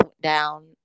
down